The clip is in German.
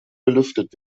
belüftet